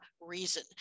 reason